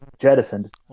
jettisoned